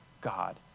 God